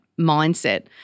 mindset